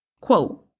quote